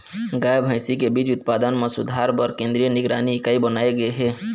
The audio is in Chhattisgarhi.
गाय, भइसी के बीज उत्पादन म सुधार बर केंद्रीय निगरानी इकाई बनाए गे हे